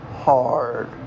hard